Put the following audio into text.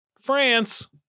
france